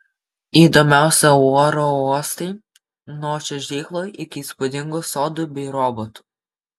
įdomiausi oro uostai nuo čiuožyklų iki įspūdingų sodų bei robotų